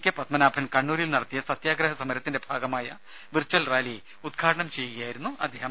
K Padmanabhan കണ്ണൂരിൽ നടത്തിയ സത്യാഗ്രഹ സമരത്തിന്റെ ഭാഗമായ വിർച്വൽ റാലി ഉദ്ഘാടനം ചെയ്യുകയായിരുന്നു അദ്ദേഹം